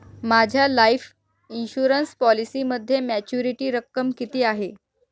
माझ्या life insurance पॉलिसीमध्ये maturity रक्कम किती आहे?